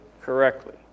correctly